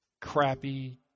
crappy